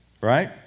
right